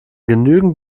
genügend